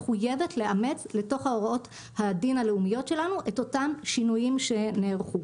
מחויבת לאמץ לתוך הוראות הדין הלאומיות שלנו את אותם שינויים שנערכו.